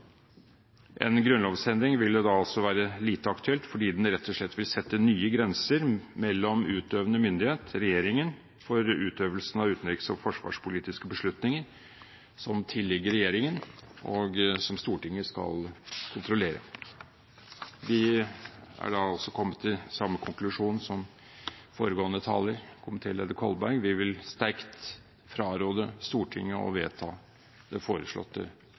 En grunnlovsendring vil da være lite aktuell fordi den rett og slett vil sette nye grenser mellom utøvende myndighet, regjeringen, for utøvelsen av utenriks- og forsvarspolitiske beslutninger som tilligger regjeringen, og som Stortinget skal kontrollere. Vi er altså kommet til samme konklusjon som foregående taler, komitéleder Kolberg. Vi vil sterkt fraråde Stortinget å vedta det foreslåtte